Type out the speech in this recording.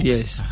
Yes